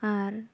ᱟᱨ